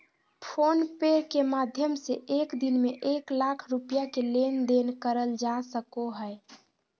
phone पे के माध्यम से एक दिन में एक लाख रुपया के लेन देन करल जा सको हय